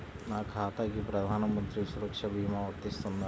నా ఖాతాకి ప్రధాన మంత్రి సురక్ష భీమా వర్తిస్తుందా?